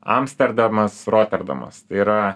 amsterdamas roterdamas tai yra